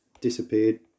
disappeared